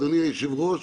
אדוני היושב-ראש,